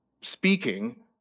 speaking